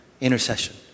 Intercession